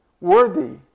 worthy